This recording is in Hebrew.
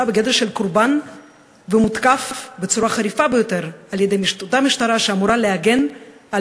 בגדר של קורבן ומותקף בצורה חריפה ביותר על-ידי אותה משטרה שאמורה להגן על